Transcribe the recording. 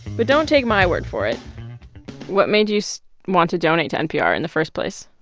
but don't take my word for it what made you so want to donate to npr in the first place?